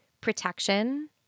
protection